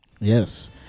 Yes